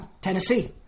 Tennessee